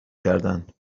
کردن